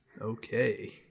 Okay